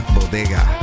Bodega